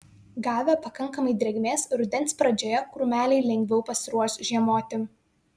gavę pakankamai drėgmės rudens pradžioje krūmeliai lengviau pasiruoš žiemoti